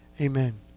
Amen